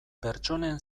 pertsonen